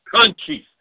countries